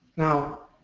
now,